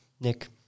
Nick